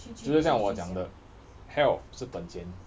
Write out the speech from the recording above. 就是像我讲的 health 是本钱